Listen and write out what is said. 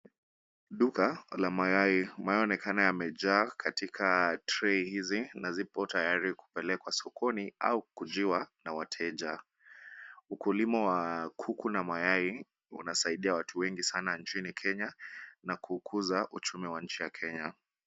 Duka la mayai ,mayai yanaonekana yamejaa katika (cs) trey (cs) hizi ,na zipo tayari kupelekwa sokoni au kukujiwa na wateja ,ukulima wa kuku na mayai unasaidia watu wengi sana nchini Kenya ,na kukuza uchumi wa nchi ya Kenya .